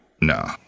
No